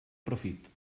profit